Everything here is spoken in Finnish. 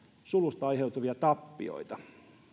sulusta aiheutuvia tappioita